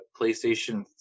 PlayStation